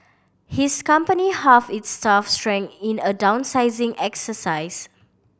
his company halved its staff strength in a downsizing exercise